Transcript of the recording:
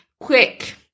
quick